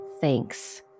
Thanks